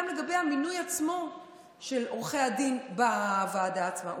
גם לגבי המינוי עצמו של עורכי הדין בוועדה עצמה,